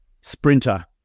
sprinter